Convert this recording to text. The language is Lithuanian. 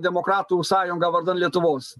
demokratų sąjungą vardan lietuvos